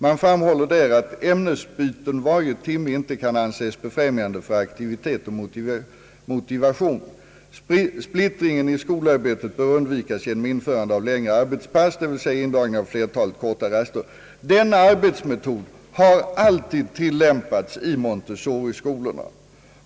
Man framhåller där, att ämnesbyten varje timme ej kan anses befrämja aktivitet och motivation. Splittringen i skolarbetet bör undvikas genom införande av längre arbetspass, dvs. indragning av flertalet korta raster. Denna arbetsmetod har alltid tillämpats i Montessoriskolorna.